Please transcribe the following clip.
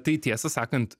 tai tiesą sakant